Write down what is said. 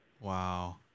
Wow